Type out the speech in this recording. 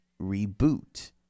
Reboot